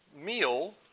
meal